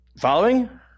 Following